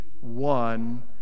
one